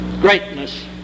greatness